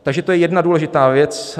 Takže to je jedna důležitá věc.